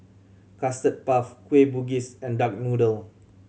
Custard Puff Kueh Bugis and duck noodle